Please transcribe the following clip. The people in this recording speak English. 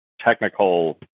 technical